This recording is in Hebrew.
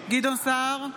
גדעון סער,